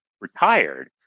Retired